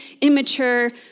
immature